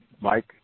Mike